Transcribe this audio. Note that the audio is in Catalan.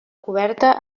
coberta